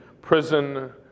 prison